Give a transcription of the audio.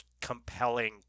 compelling